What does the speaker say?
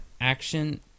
action